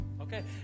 okay